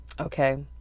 okay